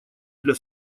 для